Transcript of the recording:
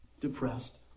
depressed